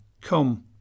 Come